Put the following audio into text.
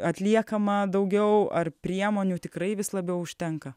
atliekama daugiau ar priemonių tikrai vis labiau užtenka